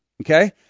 Okay